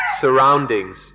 surroundings